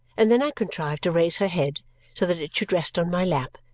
and then i contrived to raise her head so that it should rest on my lap,